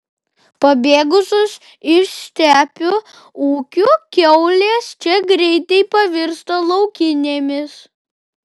pabėgusios iš stepių ūkių kiaulės čia greitai pavirsta laukinėmis